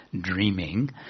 dreaming